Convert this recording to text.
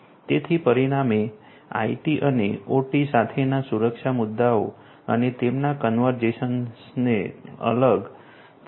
તેથી પરિણામે આઇટી અને ઓટી સાથેના સુરક્ષા મુદ્દાઓ અને તેમના કન્વર્જન્સને અલગથી ધ્યાનમાં લેવાની જરૂર છે